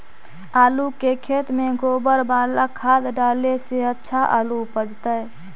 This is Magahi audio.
आलु के खेत में गोबर बाला खाद डाले से अच्छा आलु उपजतै?